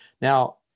now